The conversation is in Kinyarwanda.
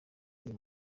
uyu